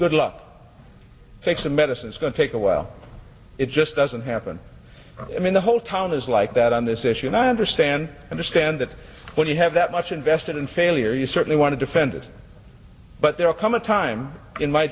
good luck fix the medicine it's going to take a while it just doesn't happen i mean the whole town is like that on this issue and i understand understand that when you have that much invested in failure you certainly want to defend it but there'll come a time in my